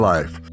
Life